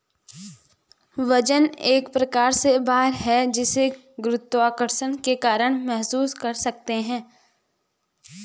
वजन एक प्रकार से भार है जिसे गुरुत्वाकर्षण के कारण महसूस कर सकते है